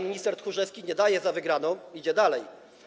Minister Tchórzewski nie daje za wygraną i idzie dalej.